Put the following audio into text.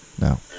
No